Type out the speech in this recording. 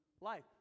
life